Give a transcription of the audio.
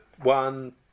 one